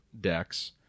decks